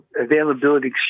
availability